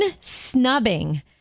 snubbing